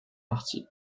partie